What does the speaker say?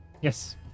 Yes